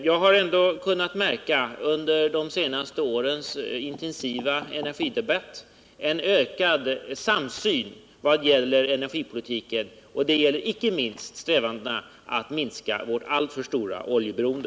Jag har ändå kunnat märka, under de senaste årens intensiva energidebatt, en ökad samsyn vad gäller energipolitiken. Det gäller inte minst strävandena att minska vårt alltför stora oljeberoende.